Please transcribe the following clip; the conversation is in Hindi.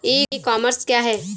ई कॉमर्स क्या है?